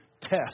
test